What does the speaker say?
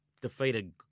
Defeated